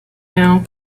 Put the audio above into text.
know